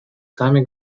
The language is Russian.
сами